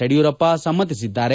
Yediyurappa ಸಮ್ಮತಿಸಿದ್ದಾರೆ